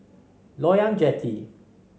Loyang Jetty